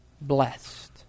blessed